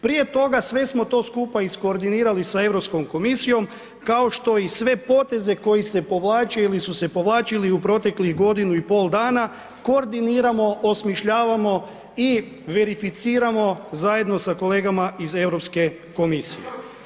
Prije toga, sve smo to skupa iskoordinirali sa EU komisijom, kao što i sve poteze koji se povlače ili su se povlačili u proteklih godinu i pol dana, koordiniramo, osmišljavamo i verificiramo zajedno sa kolegama iz EU komisije.